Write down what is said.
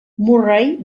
murray